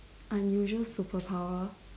unusual superpower